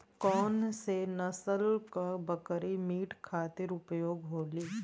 कौन से नसल क बकरी मीट खातिर उपयोग होली?